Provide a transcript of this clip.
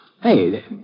hey